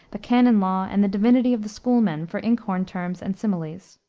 the canon law, and the divinity of the schoolmen for ink-horn terms and similes.